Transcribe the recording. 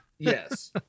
Yes